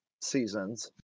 seasons